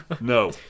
no